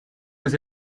was